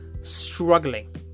struggling